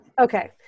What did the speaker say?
Okay